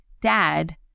dad